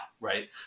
Right